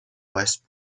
west